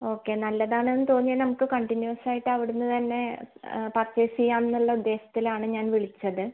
okay നല്ലതാണെന്ന് തോന്നിയാൽ നമുക്ക് കണ്ടിന്യൂസായിട്ട് അവിടെന്ന് തന്നെ പർച്ചേസ് ചെയ്യാംന്നുള്ള ഉദ്ദേശത്തിലാണ് ഞാൻ വിളിച്ചത്